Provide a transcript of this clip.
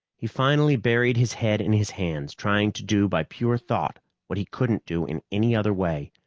he finally buried his head in his hands, trying to do by pure thought what he couldn't do in any other way.